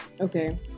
okay